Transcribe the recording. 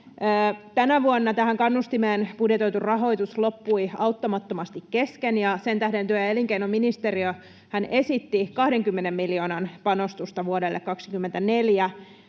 Tänä vuonna tähän kannustimeen budjetoitu rahoitus loppui auttamattomasti kesken, ja sen tähden työ- ja elinkeinoministeriöhän esitti 20 miljoonan panostusta vuodelle 24.